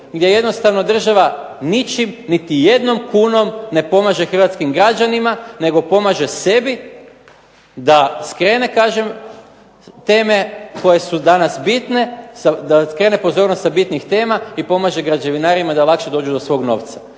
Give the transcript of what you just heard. gdje jednostavno država ničim niti jednom kunom ne pomaže hrvatskim građanima, nego pomaže sebi da skrene kažem teme koje su danas bitne, da skrene pozornost sa bitnih tema i pomaže građevinarima da lakše dođu do svog novca,